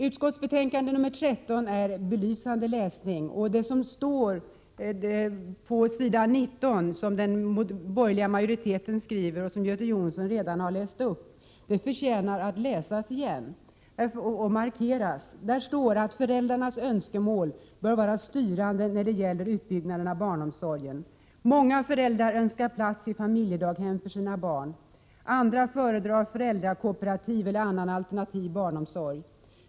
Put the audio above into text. Utskottsbetänkandet nr 13 är en belysande läsning. Det som står på s. 19 och som Göte Jonsson redan har läst upp förtjänar att läsas igen och markeras: ”-—— föräldrarnas önskemål bör vara styrande när det gäller utbyggnaden av barnomsorgen. Många föräldrar önskar plats i familjedaghem för sina barn. Andra föredrar föräldrakooperativ eller annan alternativ barnomsorg.